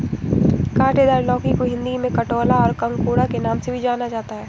काँटेदार लौकी को हिंदी में कंटोला या ककोड़ा के नाम से भी जाना जाता है